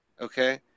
okay